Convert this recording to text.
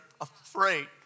afraid